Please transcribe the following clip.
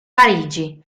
parigi